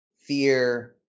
fear